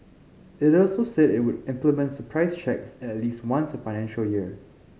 it also said it would implement surprise checks at least once a financial year